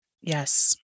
Yes